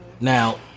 Now